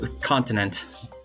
Continent